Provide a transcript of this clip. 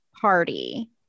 party